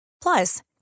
Plus